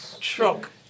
Truck